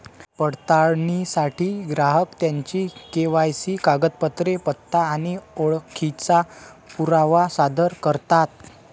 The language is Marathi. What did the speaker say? पडताळणीसाठी ग्राहक त्यांची के.वाय.सी कागदपत्रे, पत्ता आणि ओळखीचा पुरावा सादर करतात